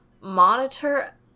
monitor